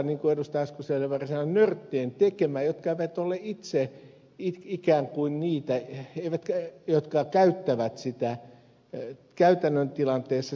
asko seljavaara sanoi nörttien tekemä jotka eivät ole itse ikään kuin niitä jotka käyttävät sitä tietotekniikkaa käytännön tilanteessa